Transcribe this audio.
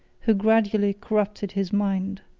who gradually corrupted his mind.